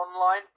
online